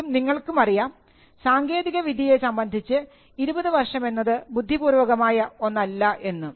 എനിക്കും നിങ്ങൾക്കും അറിയാം സാങ്കേതിക വിദ്യയെ സംബന്ധിച്ച് 20 വർഷം എന്നത് ബുദ്ധിപൂർവ്വമായ ഒന്നല്ല എന്ന്